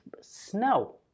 snow